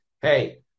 Hey